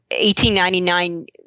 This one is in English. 1899